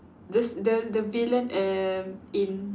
this the the villain um in